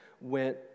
went